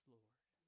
Lord